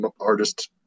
artist